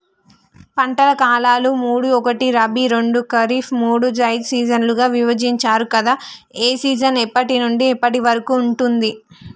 పంటల కాలాలు మూడు ఒకటి రబీ రెండు ఖరీఫ్ మూడు జైద్ సీజన్లుగా విభజించారు కదా ఏ సీజన్ ఎప్పటి నుండి ఎప్పటి వరకు ఉంటుంది?